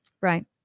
Right